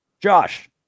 Josh